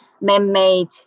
man-made